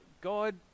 God